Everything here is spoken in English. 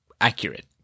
accurate